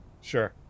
Sure